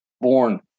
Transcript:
born